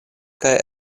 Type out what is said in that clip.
kaj